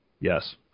Yes